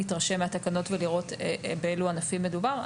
להתרשם מהתקנות ולראות באילו ענפים מדובר.